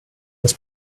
das